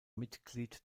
mitglied